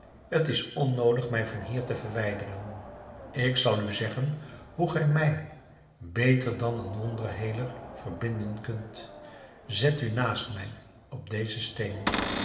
t is onnoodig mij van hier te verwijderen ik zal u zeggen hoe gij mij beter dan een wondheeler verbinden kunt zet u naast mij op dezen steen